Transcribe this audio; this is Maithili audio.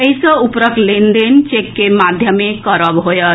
एहि सँ ऊपरक लेनदेन चेक के माध्यमे करब होएत